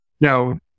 Now